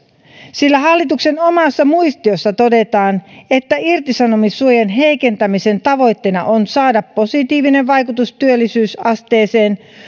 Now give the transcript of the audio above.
sillä hallituksen omassa muistiossa todetaan että irtisanomissuojan heikentämisen tavoitteena on saada positiivinen vaikutus työllisyysasteeseen